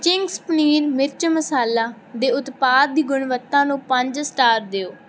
Ching's paneer ਮਿਰਚ ਮਸਾਲਾ ਦੇ ਉਤਪਾਦ ਦੀ ਗੁਣਵੱਤਾ ਨੂੰ ਪੰਜ ਸਟਾਰ ਦਿਓ